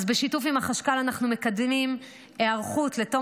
בשיתוף עם החשכ"ל אנחנו מקדמים היערכות לתום